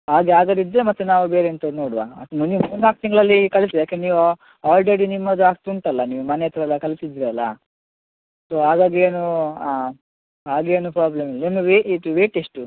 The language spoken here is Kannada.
ಹಾಗೆ ಆಗದಿದ್ದರೆ ಮತ್ತೆ ನಾವು ಬೇರೆ ಎಂತ ನೋಡುವ ನೀವು ಮೂರು ನಾಲ್ಕು ತಿಂಗಳಲ್ಲಿ ಕಲೀತಿರಿ ಯಾಕಂದರೆ ನೀವು ಆಲ್ರೆಡಿ ನಿಮ್ಮದಾಗ್ತುಂಟಲ್ಲ ನೀವು ಮನೆ ಹತ್ರ ಎಲ್ಲ ಕಲಿಸಿದಿರಲ್ಲ ಸೊ ಹಾಗಾಗಿ ಏನು ಹಾಗೆ ಏನು ಪ್ರಾಬ್ಲಮ್ ಇಲ್ಲ ನಿನ್ನ ವೆಯ್ಟ್ ಎಷ್ಟು